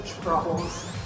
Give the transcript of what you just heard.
problems